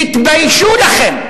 תתביישו לכם.